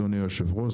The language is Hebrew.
אדוני היושב-ראש,